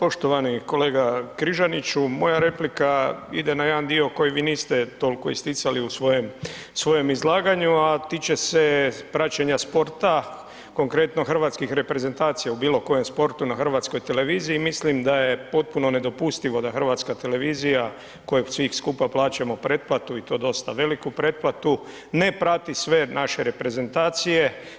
Poštovani kolega Križaniću moja replika ide na jedan dio koji vi niste toliko isticali u svojem izlaganju, a tiče se praćenja sporta, konkretno hrvatskih reprezentacija u bilo koje sportu na HRT-u i mislim da je potpuno nedopustivo da HRT kojoj svi skupa plaćamo pretplatu i to dosta veliku preplatu ne prati sve naše reprezentacije.